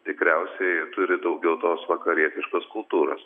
tikriausiai turi daugiau tos vakarietiškos kultūros